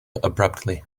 abruptly